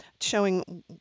showing